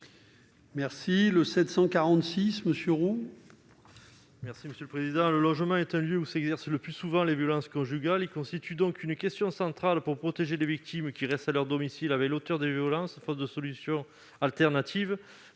: La parole est à M. Jean-Yves Roux. Le logement est un lieu, où s'exercent le plus souvent les violences conjugales. Il constitue donc une question centrale pour protéger les victimes qui restent à leur domicile avec l'auteur des violences, faute de solutions alternatives.